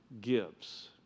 Gives